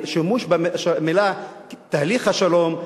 השימוש במלים "תהליך השלום",